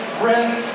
breath